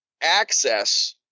access